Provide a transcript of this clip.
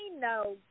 no